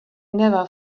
never